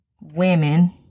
women